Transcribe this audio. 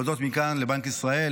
להודות מכאן לבנק ישראל,